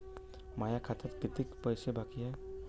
माया खात्यात कितीक पैसे बाकी हाय?